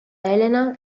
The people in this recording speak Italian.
elena